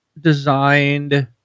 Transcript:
designed